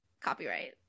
copyright